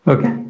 Okay